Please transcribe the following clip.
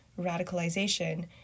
radicalization